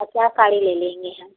और चार साड़ी ले लेंगे हम